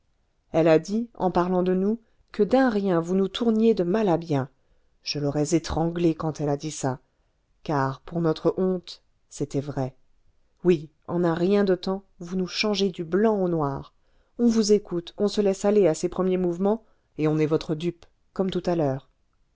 elle a dit en parlant de nous que d'un rien vous nous tourniez de mal à bien je l'aurais étranglée quand elle a dit ça car pour notre honte c'était vrai oui en un rien de temps vous nous changez du blanc au noir on vous écoute on se laisse aller à ses premiers mouvements et on est votre dupe comme tout à l'heure